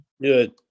Good